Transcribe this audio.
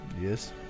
Yes